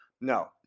No